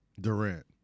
Durant